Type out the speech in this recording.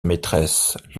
maîtresse